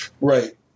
right